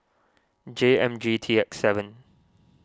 J M G T X seven